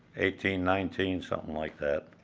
eighteen, nineteen, somthin' like that.